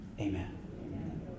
amen